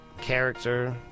character